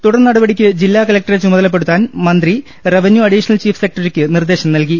തുടർ നടപടിയ്ക്ക് ജില്ലാ കലക്ടറെ ചുമതലപ്പെടുത്താൻ മന്ത്രി റവന്യൂ അഡീഷണൽ ചീഫ് സെക്രട്ടറിക്ക് നിർദ്ദേശം നൽകി